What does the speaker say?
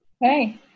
Hey